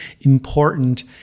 important